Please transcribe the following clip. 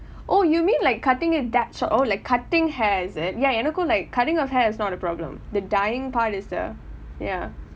oh you mean like cutting it that short oh like cutting hair is it ya எனக்கும்:enakkum like cutting off hair is not a problem the dyeing part is the ya